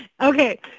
okay